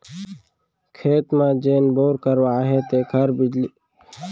खेत म जेन बोर करवाए हे तेकर बिजली बिल म घलौ छूट देवत हे सरकार ह